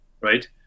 right